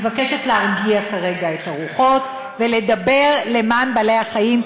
אני מבקשת להרגיע את הרוחות ולדבר למען בעלי-החיים